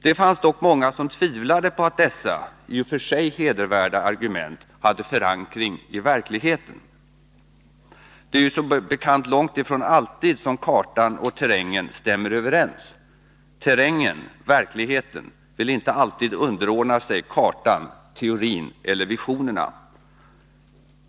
Det fanns dock många som tvivlade på att dessa i och för sig hedervärda argument hade förankring i verkligheten. Det är ju som bekant långt ifrån alltid som kartan och terrängen stämmer överens. Terrängen, verkligheten, villinte alltid underordna sig kartan, teorin eller visionerna.